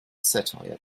satire